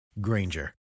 Granger